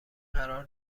قرار